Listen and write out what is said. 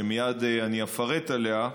שמייד אני אפרט עליה,